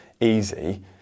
easy